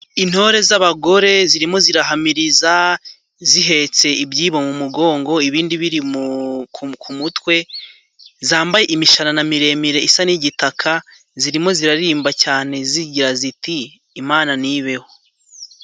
Intore z'abagore zirimo zirahamiriza zihetse ibyibo mu mugongo ibindi biri ku mutwe. Zambaye imishanana miremire isa n'igitaka zirimo ziraririmba cyane, zigira ziti: Imana nibeho.